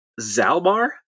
Zalbar